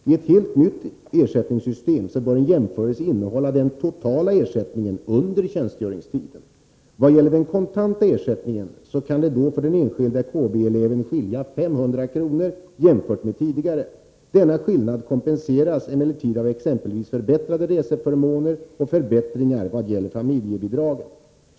Vid ett helt nytt ersättningssystem bör jämförelsen innehålla den totala ersättningen under tjänstgöringstiden. Vad gäller den kontanta ersättningen kan skillnaden för den enskilde kompanibefälseleven vara 500 kr. jämfört med tidigare. Denna skillnad kompenseras emellertid av exempelvis förbättrade reseförmåner och förbättringar vad gäller familjebidragen.